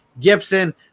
Gibson